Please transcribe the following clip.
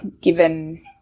given